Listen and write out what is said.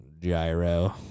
gyro